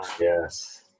Yes